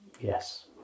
Yes